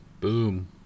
Boom